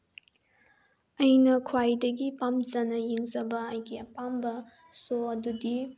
ꯑꯩꯅ ꯈ꯭ꯋꯥꯏꯗꯒꯤ ꯄꯥꯝꯖꯅ ꯌꯦꯡꯖꯕ ꯑꯩꯒꯤ ꯑꯄꯥꯝꯕ ꯁꯣ ꯑꯗꯨꯗꯤ